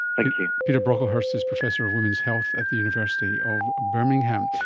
thank you. peter brocklehurst is professor of women's health at the university of birmingham.